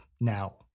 now